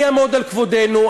אני אעמוד על כבודנו,